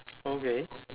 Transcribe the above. okay